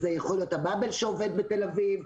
וזה יכול להיות הבאבל שעובד בתל אביב.